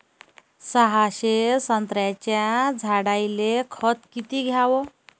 सहाशे संत्र्याच्या झाडायले खत किती घ्याव?